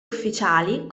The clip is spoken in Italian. ufficiali